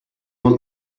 want